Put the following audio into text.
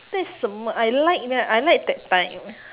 that's the m~ I like ya I like that time